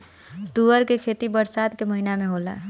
तूअर के खेती बरसात के महिना में होला